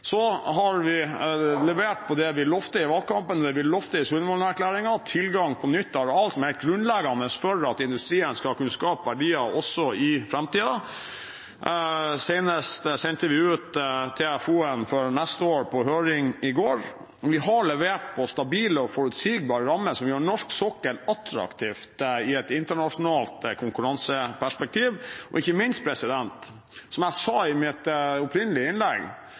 har levert på det vi lovte i valgkampen, det vi lovte i Sundvolden-erklæringen: tilgang på nytt areal, som er helt grunnleggende for at industrien skal kunne skape verdier også i framtiden. Nå senest sendte vi ut TFO-en for neste år på høring i går. Vi har levert på stabile og forutsigbare rammer som gjør norsk sokkel attraktivt i et internasjonalt konkurranseperspektiv. Og ikke minst, som jeg sa i mitt opprinnelige innlegg,